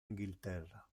inghilterra